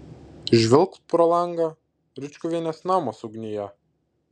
žvilgt pro langą ričkuvienės namas ugnyje